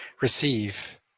receive